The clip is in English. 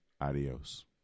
Adios